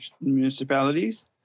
municipalities